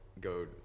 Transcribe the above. go